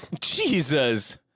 Jesus